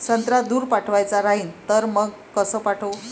संत्रा दूर पाठवायचा राहिन तर मंग कस पाठवू?